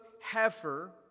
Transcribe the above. heifer